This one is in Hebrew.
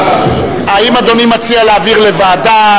האם אדוני מציע להעביר לוועדה?